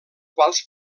quals